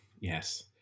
yes